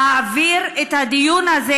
להעביר את הדיון הזה,